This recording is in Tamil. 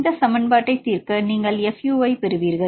இந்த சமன்பாட்டைத் தீர்க்க நீங்கள் fU ஐப் பெறுவீர்கள்